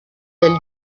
del